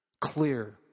clear